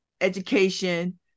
education